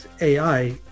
AI